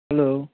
hello